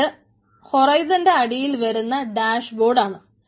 ഇത് പ്രോജക്ട് ഹൊറയ്സൺന്റെ അടിയിൽ വരുന്ന ഡാഷ്ബോർഡ് ആണ്